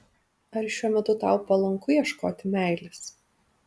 ar šiuo metu tau palanku ieškoti meilės